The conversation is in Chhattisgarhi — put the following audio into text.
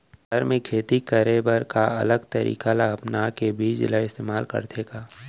घर मे खेती करे बर का अलग तरीका ला अपना के बीज ला इस्तेमाल करथें का?